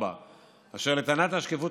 4. אשר לטענת השקיפות,